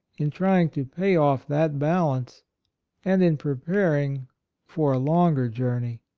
in trying to pay off that bal ance and in preparing for a longer journey.